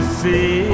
see